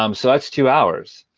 um so that's two hours.